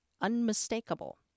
unmistakable